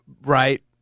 right